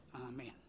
Amen